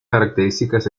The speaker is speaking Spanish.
características